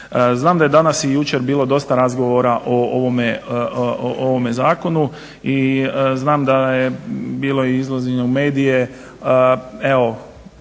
Znam da je danas i jučer bilo dosta razgovora o ovome zakonu i znam da je bila izlaženja u medije